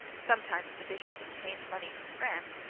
sometimes the bishop obtained money from france,